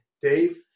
Dave